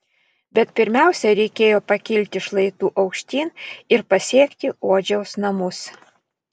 bet pirmiausia reikėjo pakilti šlaitu aukštyn ir pasiekti odžiaus namus